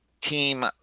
Team